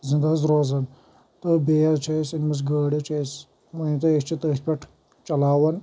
زِندٕ حظ روزان تہٕ بیٚیہِ حظ چھِ اسہِ أنۍ مٕژ گٲڑۍ حظ چھِ اَسہِ أسۍ چھ تٔتھۍ پؠٹھ چَلاوان